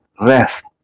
rest